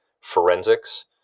forensics